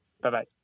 Bye-bye